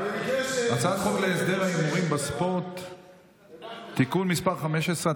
הצעת חוק להסדר ההימורים בספורט (תיקון מס' 15),